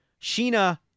Sheena